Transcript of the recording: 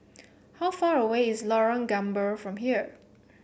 how far away is Lorong Gambir from here